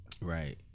Right